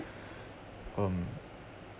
um